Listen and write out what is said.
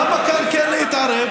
למה כאן כן להתערב?